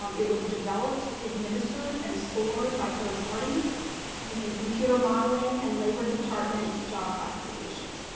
um it was developed, administered, and scored by third parties using computer modeling and labor department job classifications.